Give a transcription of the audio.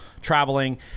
traveling